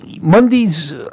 Mondays